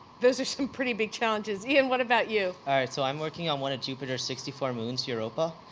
those are some pretty big challenges. ian, what about you? all right, so, i'm working on one of jupiter's sixty four moons, europa.